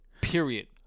Period